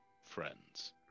friends